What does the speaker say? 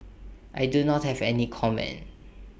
I do not have any comment